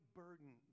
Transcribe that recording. burden